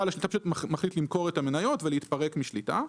בעל השליטה החליט למכור את המניות ולהתפרק משליטה.